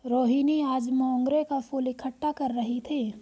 रोहिनी आज मोंगरे का फूल इकट्ठा कर रही थी